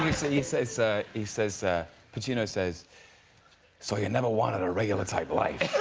you say you say sir he says pacino says so you never wanted a regular type life